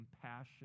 compassion